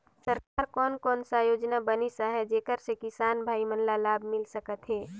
सरकार कोन कोन सा योजना बनिस आहाय जेकर से किसान भाई मन ला लाभ मिल सकथ हे?